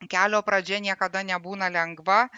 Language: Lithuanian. kelio pradžia niekada nebūna lengva